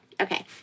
Okay